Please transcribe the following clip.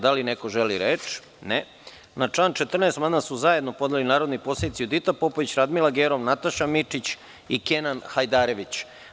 Da li neko želi reč? (Ne.) Na član 14. amandman su zajedno podneli narodni poslanici Judita Popović, Radmila Gerov, Nataša Mićić i Kenan Hajdarević.